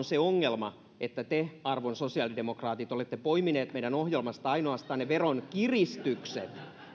se ongelma että te arvon sosiaalidemokraatit olette poimineet meidän ohjelmastamme ainoastaan ne veronkiristykset